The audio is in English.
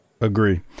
Agree